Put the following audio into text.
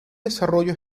desarrollo